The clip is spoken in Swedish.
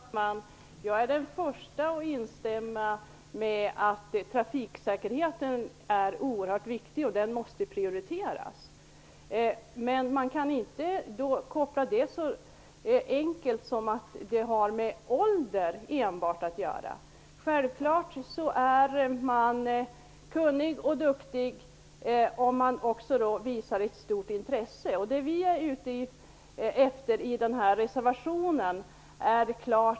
Herr talman! Jag är den första att instämma i att trafiksäkerheten är oerhört viktig och att den måste prioriteras. Men man kan inte enbart koppla den till åldern. Självfallet är man kunnig och duktig om man visar ett stort intresse.